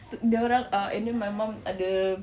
dia orang and then my mum ada